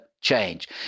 change